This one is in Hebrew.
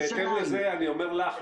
ובהתאם לזה אני אומר לך,